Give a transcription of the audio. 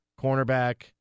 cornerback